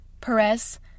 Perez